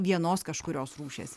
vienos kažkurios rūšies